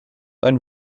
ein